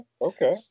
Okay